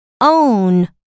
own